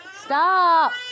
Stop